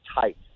tight